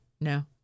No